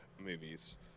movies